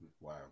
Wow